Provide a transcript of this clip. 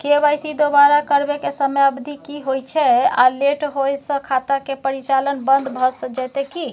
KYC दोबारा करबै के समयावधि की होय छै आ लेट होय स खाता के परिचालन बन्द भ जेतै की?